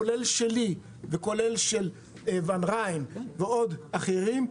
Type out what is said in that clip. כולל שלי וכולל של ואן ריין ועוד אחרים,